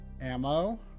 ammo